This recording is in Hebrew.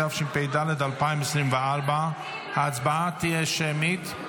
התשפ"ד 2024. ההצבעה תהיה שמית.